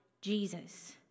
Jesus